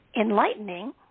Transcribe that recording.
enlightening